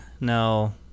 No